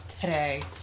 today